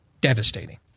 Devastating